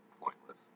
Pointless